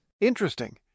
Interesting